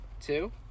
two